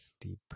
deep